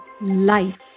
life